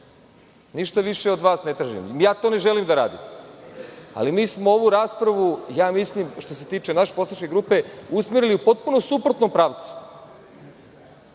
Ništa više od vas ne tražim. To ne želim da radim, ali mi smo ovu raspravu, mislim, što se tiče naše poslaničke grupe, usmerili potpuno u suprotnom pravcu,